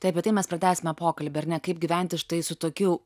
tai apie tai mes pratęsime pokalbį ar ne kaip gyventi štai su tokiu